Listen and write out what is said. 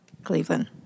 Cleveland